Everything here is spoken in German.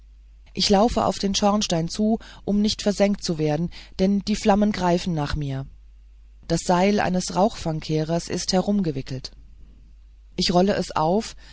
ich laufe auf den schornstein zu um nicht versengt zu werden denn die flammen greifen nach mir das seil eines rauchfangkehrers ist herumgewickelt ich rolle es auf